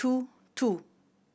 two two